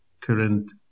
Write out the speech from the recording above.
current